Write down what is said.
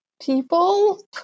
People